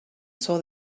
saw